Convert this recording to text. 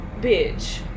Bitch